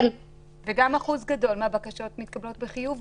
ואחוז גדול מהבקשות מתקבלות בחיוב.